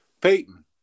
Peyton